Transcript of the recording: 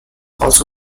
also